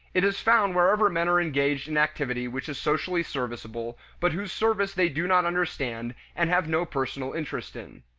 it is found wherever men are engaged activity which is socially serviceable, but whose service they do not understand and have no personal interest in.